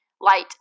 light